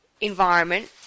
environment